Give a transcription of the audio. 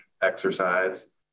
Exercise